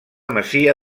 masia